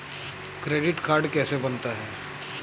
Credit card कैसे बनता है?